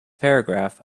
paragraph